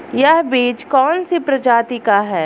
यह बीज कौन सी प्रजाति का है?